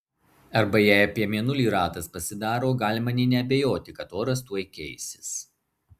arba jei apie mėnulį ratas pasidaro galima nė neabejoti kad oras tuoj keisis